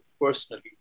personally